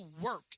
work